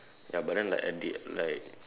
ya but then like at the like